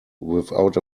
without